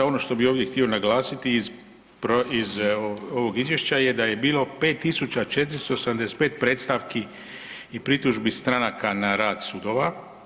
Ono što bi ovdje htio naglasiti iz ovog izvješća je da je bilo 5.475 predstavki i pritužbi stranka na rad sudova.